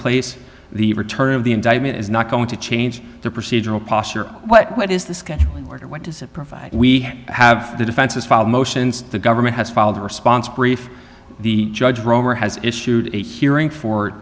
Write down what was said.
place the return of the indictment is not going to change the procedural posture of what what is the scheduling order what does it provide we have the defense has filed motions the government has filed a response brief the judge roemer has issued a hearing for